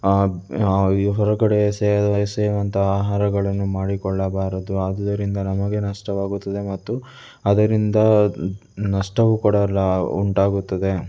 ನಾವು ಈ ಹೊರಗಡೆ ಎಸೆಯ ಎಸೆಯುವಂಥ ಆಹಾರಗಳನ್ನು ಮಾಡಿಕೊಳ್ಳಬಾರದು ಆದುದರಿಂದ ನಮಗೆ ನಷ್ಟವಾಗುತ್ತದೆ ಮತ್ತು ಅದರಿಂದ ನಷ್ಟವು ಕೂಡ ಲಾ ಉಂಟಾಗುತ್ತದೆ